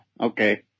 okay